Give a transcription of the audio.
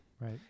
right